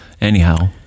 anyhow